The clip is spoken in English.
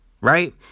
Right